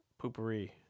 poopery